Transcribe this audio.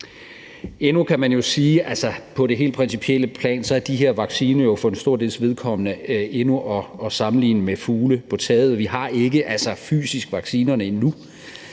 Man kan jo på det helt principielle plan sige, at de her vacciner for en stor dels vedkommende endnu er at sammenligne med fugle på taget. Vi har ikke fysisk vaccinerne endnu,